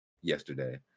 yesterday